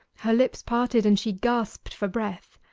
her lips parted, and she gasped for breath.